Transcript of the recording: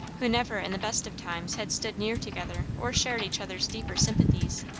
who never in the best of times had stood near together or shared each other's deeper sympathies,